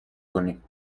کنیم